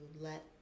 let